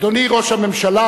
אדוני ראש הממשלה,